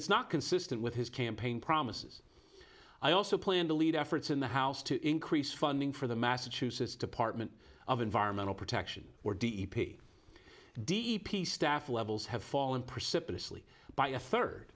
it's not consistent with his campaign promises i also plan to lead efforts in the house to increase funding for the massachusetts department of environmental protection or d e p d e p staff levels have fallen precipitously by a third